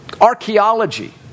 Archaeology